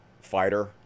fighter